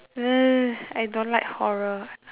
I don't like horror